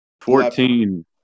Fourteen